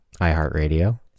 iHeartRadio